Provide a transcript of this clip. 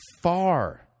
far